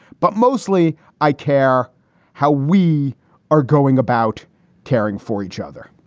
but mostly i care how we are going about caring for each other